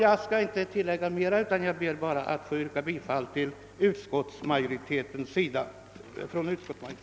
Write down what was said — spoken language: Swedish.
Jag skall inte tillägga mera utan ber att få yrka bifall till utskottets hemställan.